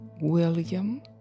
William